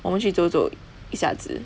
我们去走走一下子